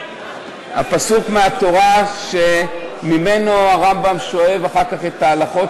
הפסוק בתורה שממנו הרמב"ם שואב אחר כך את ההלכות